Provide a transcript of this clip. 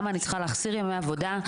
למה אני צריכה להחסיר ימי עבודה,